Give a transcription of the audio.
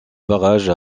barrage